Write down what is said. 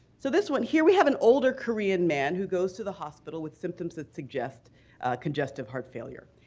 so this one here, we have an older korean man who goes to the hospital with symptoms that suggest congestive heart failure.